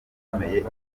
ikomeye